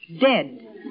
dead